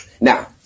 Now